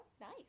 Nice